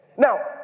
Now